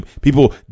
People